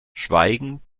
schweigend